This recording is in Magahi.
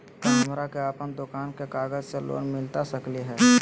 का हमरा के अपन दुकान के कागज से लोन मिलता सकली हई?